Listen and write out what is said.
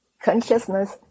consciousness